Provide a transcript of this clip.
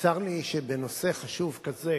צר לי שבנושא חשוב כזה